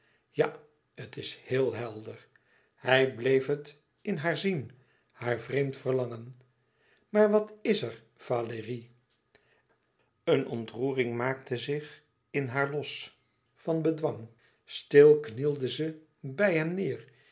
ja het is heel helder hij bleef het in haar zien haar vreemd verlangen maar wat is er valérie eene ontroering maakte zich in haar los van bedwang stil knielde ze bij hem neêr